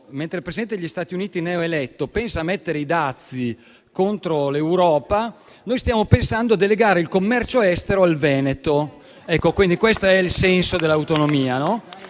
mentre il Presidente degli Stati Uniti neoeletto pensa a mettere i dazi contro l'Europa, noi stiamo pensando di delegare il commercio estero al Veneto. Questo è il senso dell'autonomia.